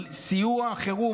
על סיוע החירום.